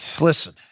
Listen